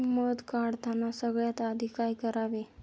मध काढताना सगळ्यात आधी काय करावे?